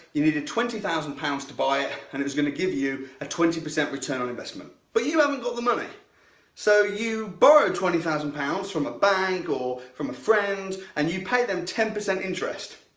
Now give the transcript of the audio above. you needed twenty thousand pounds to buy ah and was going to give you a twenty percent return on investment. but you haven't got the money so you borrow twenty thousand pounds from a bank or from a friend and you pay them ten percent interest.